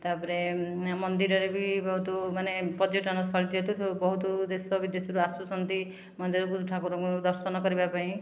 ତା'ପରେ ମନ୍ଦିରରେ ବି ବହୁତ ମାନେ ପର୍ଯ୍ୟଟନସ୍ଥଳୀ ଯେହେତୁ ସେ ବହୁତ ଦେଶ ବିଦେଶରୁ ଆସୁଛନ୍ତି ମନ୍ଦିର ବୁଲି ଠାକୁରଙ୍କୁ ଦର୍ଶନ କରିବା ପାଇଁ